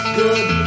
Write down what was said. good